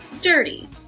dirty